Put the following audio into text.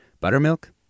buttermilk